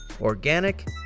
organic